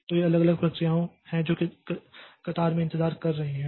तो ये अलग अलग प्रक्रियाओं हैं जो कतार में इंतजार कर रहे हैं